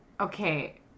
Okay